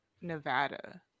nevada